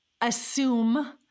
assume